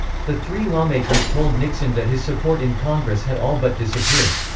the three lawmakers told nixon that his support in congress had all but disappeared.